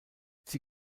sie